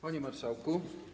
Panie Marszałku!